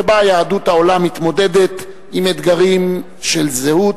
שבה יהדות העולם מתמודדת עם אתגרים של זהות,